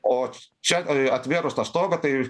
o čia atvėrus tą stogą tai